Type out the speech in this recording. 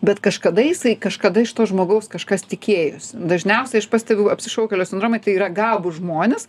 bet kažkada jisai kažkada iš to žmogaus kažkas tikėjosi dažniausiai aš pastebiu apsišaukėlio sindromai tai yra gabūs žmonės